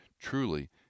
Truly